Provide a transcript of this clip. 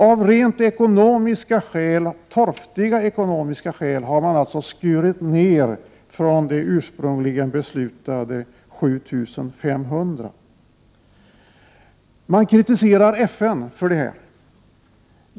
Av torftiga ekonomiska skäl har man skurit ned den ursprungligen beslutade styrkan om 7 500 FN-soldater. Man kritiserar FN för det här.